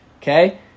Okay